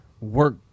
Work